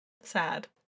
Sad